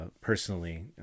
personally